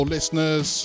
listeners